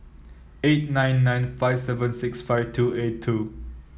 eight nine nine five seven six five two eight two